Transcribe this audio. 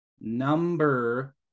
number